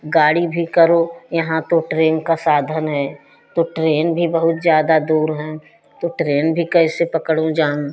गाड़ी भी करो यहाँ तो ट्रेन का साधन हैं तो ट्रेन भी बहुत ज़्यादा दूर हैं तो ट्रेन भी कैसे पकड़ू जाऊँ